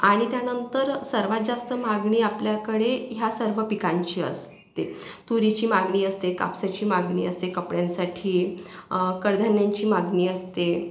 आणि त्यानंतर सर्वात जास्त मागणी आपल्याकडे ह्या सर्व पिकांची असते तुरीची मागणी असते कापसाची मागणी असते कपड्यांसाठी कडधान्यांची मागणी असते